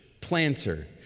planter